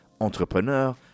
entrepreneur